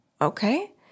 okay